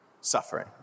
suffering